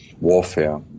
warfare